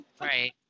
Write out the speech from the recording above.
Right